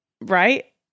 right